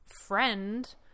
friend